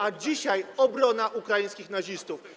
A dzisiaj obrona ukraińskich nazistów.